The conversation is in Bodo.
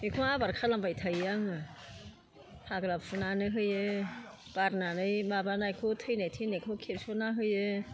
बेखौ आबोर खालामबाय थायो आङो हाग्रा फुनानै होयो बारनानै माबानायखौ थैनाय थैनायखौ खेबस'नानै होयो